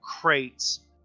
crates